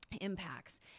impacts